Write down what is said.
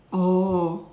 oh